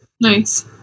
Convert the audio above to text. Nice